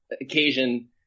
occasion